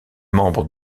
membre